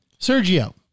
Sergio